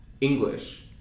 English